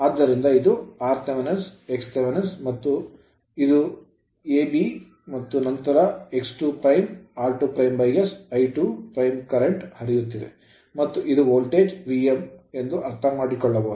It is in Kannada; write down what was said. ಆದ್ದರಿಂದ ಇದು rth xth ಮತ್ತು ಇದು point ಪಾಯಿಂಟ್ a b ಮತ್ತು ನಂತರ ಇದು x 2 r2 s I2 current ಹರಿಯುತ್ತಿದೆ ಮತ್ತು ಇದು ವೋಲ್ಟೇಜ್ Vth ಎಂದು ಅರ್ಥಮಾಡಿಕೊಳ್ಳಬಹುದು